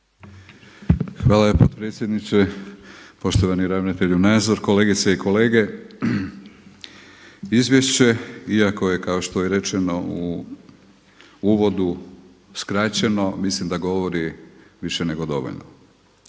Hvala potpredsjedniče, poštovani ravnatelju Nazor, kolegice i kolege. Izvješće iako je kao što je rečeno u uvodu skraćeno mislim da govori više nego dovoljno.